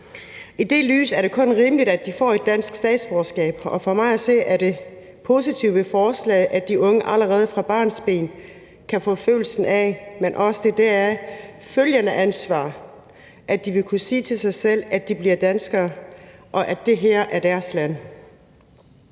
I det lys er det kun rimeligt, at de får et dansk statsborgerskab, og for mig at se er det positive ved forslaget, at de unge allerede fra barnsben kan få følelsen af det, men også det deraf følgende ansvar, altså de vil kunne sige til sig selv, at de bliver danskere, og at det her er deres land.